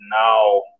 now